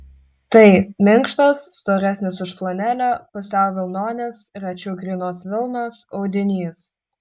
tai minkštas storesnis už flanelę pusiau vilnonis rečiau grynos vilnos audinys